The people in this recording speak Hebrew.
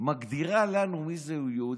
מגדירה לנו מי זה יהודי.